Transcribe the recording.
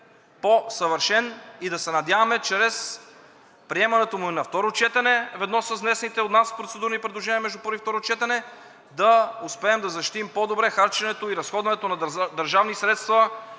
по-съвършен, и да се надяваме чрез приемането му на второ четене ведно с внесените от нас процедурни предложения между първо и второ четене да успеем да защитим по-добре харченето и разходването на държавни средства,